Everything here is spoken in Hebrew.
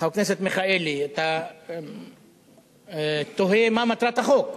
חבר הכנסת מיכאלי, אתה תוהה מה מטרת החוק,